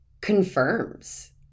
confirms